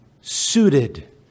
suited